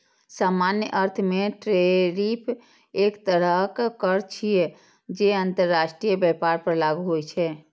सामान्य अर्थ मे टैरिफ एक तरहक कर छियै, जे अंतरराष्ट्रीय व्यापार पर लागू होइ छै